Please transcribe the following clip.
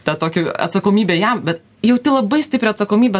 tą tokį atsakomybę jam bet jauti labai stiprią atsakomybę